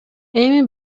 эми